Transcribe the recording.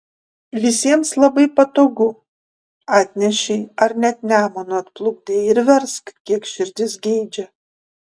visiems labai patogu atnešei ar net nemunu atplukdei ir versk kiek širdis geidžia